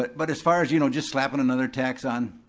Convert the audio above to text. but but as far as, you know, just slapping another tax on,